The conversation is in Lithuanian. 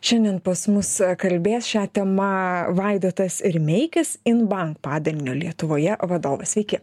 šiandien pas mus kalbės šia tema vaidotas rimeikis inbank padalinio lietuvoje vadovas sveiki